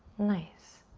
nice.